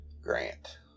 Grant